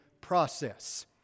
process